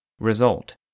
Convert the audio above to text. Result